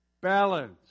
balance